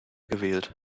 gewählt